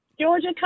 Georgia